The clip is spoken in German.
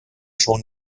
schon